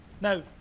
Now